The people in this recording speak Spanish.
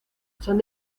son